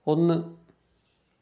ഒന്ന്